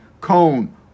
cone